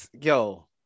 yo